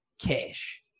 cash